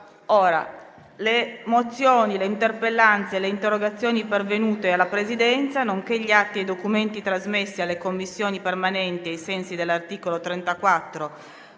Le mozioni, le interpellanze e le interrogazioni pervenute alla Presidenza, nonché gli atti e i documenti trasmessi alle Commissioni permanenti ai sensi dell'articolo 34,